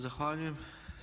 Zahvaljujem.